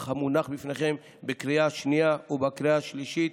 המונח בפניכם בקריאה השנייה ובקריאה השלישית.